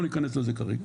לא ניכנס לזה כרגע,